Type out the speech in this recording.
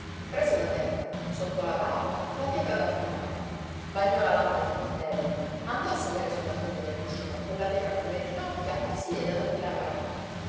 prese da terra sotto la tavola la pietra d'affilare bagnò la lama del coltello andò a sedere sulla soglia dell'uscio con quella pietra fra le ginocchia e si diede ad affilar la lama